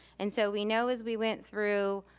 and so we know as we went through,